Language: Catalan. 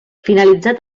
finalitzat